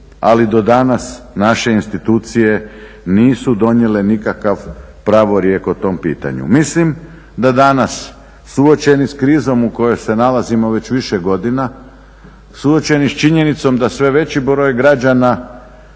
ali do danas naše institucije nisu donijele nikakav pravorijek o tom pitanju. Mislim da danas suočeni sa krizom u kojoj se nalazimo već više godina, suočeni sa činjenicom da sve veći broj građana